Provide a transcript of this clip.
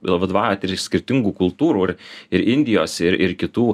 vadovaujat ir iš skirtingų kultūrų ir ir indijos ir ir kitų